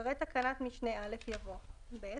אחרי תקנת משנה (א) יבוא: "(ב)